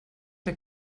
der